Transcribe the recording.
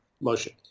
motion